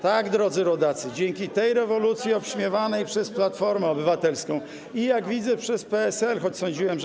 Tak, drodzy rodacy, dzięki tej rewolucji obśmiewanej przez Platformę Obywatelską i, jak widzę, przez PSL, choć sądziłem, że.